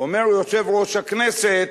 אומר יושב-ראש הכנסת: